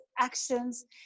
actions